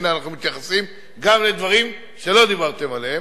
הנה, אנחנו מתייחסים גם לדברים שלא דיברתם עליהם.